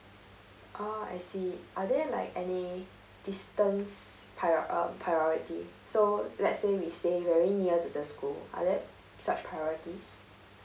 oh I see are there like any distance prio~ err priority so let's say we stay very near to the school are they such priorities